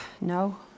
No